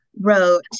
wrote